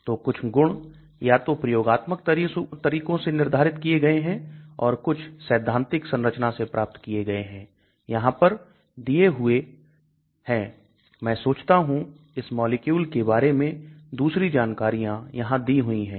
तो कुछ गुण या तो प्रयोगात्मक तरीकों से निर्धारित किए गए हैं और कुछ सैद्धांतिक संरचना से प्राप्त किए गए हैं यहां पर दिए हुए हैं मैं सोचता हूं इस मॉलिक्यूल के बारे में दूसरी जानकारियां यहां दी हुई है